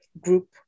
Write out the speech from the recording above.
group